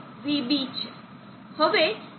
તો તે vB છે